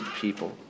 people